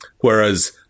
Whereas